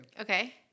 Okay